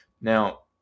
Now